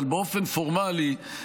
אבל באופן פורמלי,